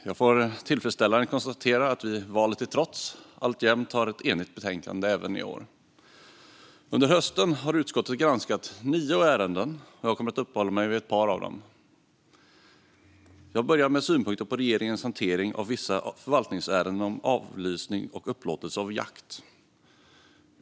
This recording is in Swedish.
Herr talman! Jag kan tillfredsställande nog konstatera att vi, valet till trots, har ett enigt betänkande även i år. Under hösten har utskottet granskat nio ärenden, och jag kommer att uppehålla mig vid ett par av dem. Jag börjar med synpunkter på regeringens hantering av vissa förvaltningsärenden som avlysning och upplåtelse av jakt.